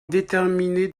déterminer